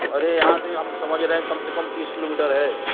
अरे यहाँ से हम समझ रहे हैं कम से कम तीस किलोमीटर है